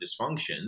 dysfunction